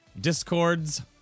discords